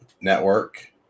Network